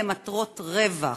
למטרות רווח.